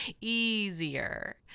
easier